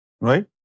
right